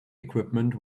equipment